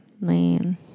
Man